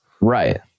Right